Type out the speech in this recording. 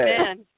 Amen